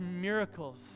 miracles